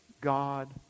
God